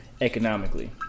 economically